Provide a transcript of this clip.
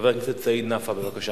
חבר הכנסת סעיד נפאע, בבקשה.